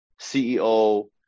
CEO